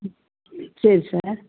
சரி சார்